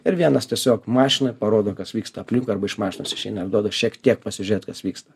ir vienas tiesiog mašinoj parodo kas vyksta aplink arba iš mašinos išeina ir duoda šiek tiek pasižiūrėt kas vyksta